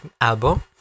album